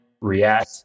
react